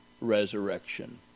resurrection